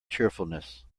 cheerfulness